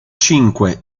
cinque